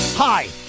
Hi